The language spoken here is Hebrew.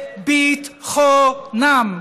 ולביט-חו-נם.